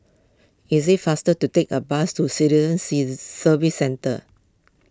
is it faster to take a bus to Citizen Services Centre